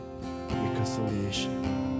reconciliation